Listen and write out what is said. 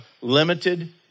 limited